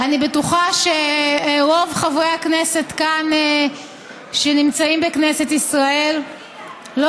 אני בטוחה שרוב חברי הכנסת כאן שנמצאים בכנסת ישראל לא